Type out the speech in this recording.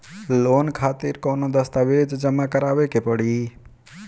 Loan खातिर कौनो दस्तावेज जमा करावे के पड़ी?